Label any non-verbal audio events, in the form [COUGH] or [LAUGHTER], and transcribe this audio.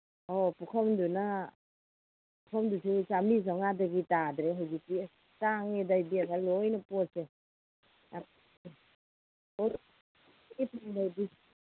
ꯑꯣ ꯄꯨꯈꯝꯗꯨꯅ ꯄꯨꯈꯝꯗꯨꯁꯨ ꯆꯥꯝꯃ꯭ꯔꯤ ꯆꯧꯉ꯭ꯋꯥꯗꯒꯤ ꯇꯥꯗ꯭ꯔꯦ ꯍꯧꯖꯤꯛꯇꯤ ꯑꯁ ꯇꯥꯡꯉꯦꯗ ꯏꯕꯦꯝꯃ ꯂꯣꯏꯅ ꯄꯣꯠꯁꯦ ꯌꯥꯝ [UNINTELLIGIBLE]